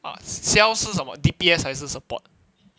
ah 魈是什么 D_P_S 还是什么